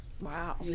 Wow